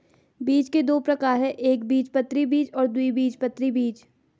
बीज के दो प्रकार है एकबीजपत्री बीज और द्विबीजपत्री बीज